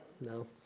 No